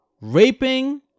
Raping